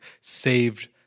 saved